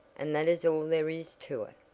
and that is all there is to it.